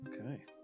Okay